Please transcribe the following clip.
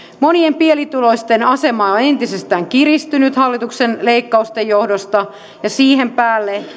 monien pienituloisten asema on entisestään kiristynyt hallituksen leikkausten johdosta ja siihen päälle